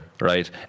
right